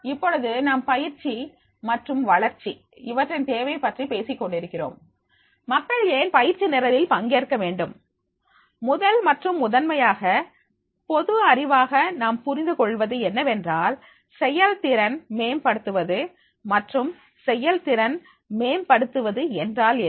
இப்பொழுது நாம் பயிற்சி மற்றும் வளர்ச்சி இவற்றின் தேவை பற்றி பேசிக்கொண்டிருக்கிறோம் மக்கள் ஏன் பயிற்சி நிரலில் பங்கேற்க வேண்டும் முதல் மற்றும் முதன்மையாக பொது அறிவாக நாம் புரிந்து கொள்வது என்னவென்றால் செயல் திறன் மேம்படுத்துவதுமற்றும் செயல்திறன் மேம்படுத்துவது என்றால் என்ன